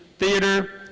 theater,